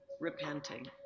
repenting